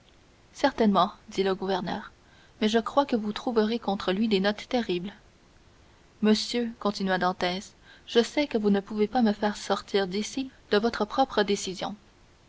certainement dit le gouverneur mais je crois que vous trouverez contre lui des notes terribles monsieur continua dantès je sais que vous ne pouvez pas me faire sortir d'ici de votre propre décision